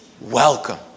welcome